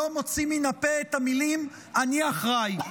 לא מוציא מן הפה את המילים: אני אחראי.